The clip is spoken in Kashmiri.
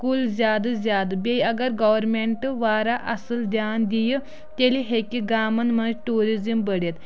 کُل زیادٕ زیادٕ بیٚیہِ اَگر گورمیٚنٹ واریاہ اَصٕل دیان دیہِ تیلہِ ہٮ۪کہِ گامَن منز ٹیوٗیزم بٔڑِتھ